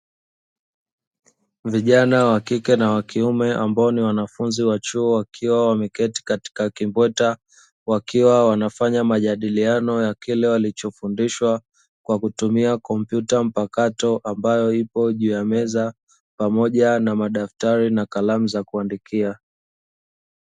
Vijana wa kike na wa kiume ambao ni wanafunzi wa chuo wakiwa wameketi katika kimbweta, wakiwa wanafanya majadiliano ya kile walichofundishwa kwa kutumia kompyuta mpakato, ambayo ipo juu ya meza pamoja na madaftari na kalamu za kuandikia.